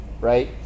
Right